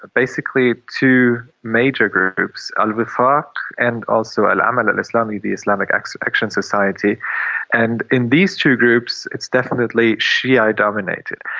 basically two major groups al wefaq and also al amal al-islami, the islamic action action society and in these two groups, it's definitely shiia dominated.